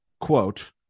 quote